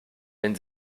wenn